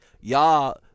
Y'all